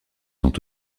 ont